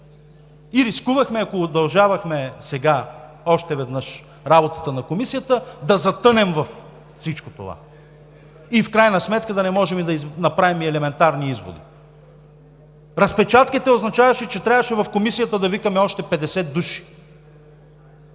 и рискувахме, ако удължавахме сега още веднъж работата на Комисията, да затънем във всичко това и в крайна сметка да не можем да направим елементарни изводи. Разпечатките означаваха, че трябваше да викаме в Комисията още 50 души